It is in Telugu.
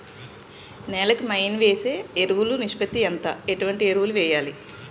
నేల కి మెయిన్ వేసే ఎరువులు నిష్పత్తి ఎంత? ఏంటి ఎరువుల వేయాలి?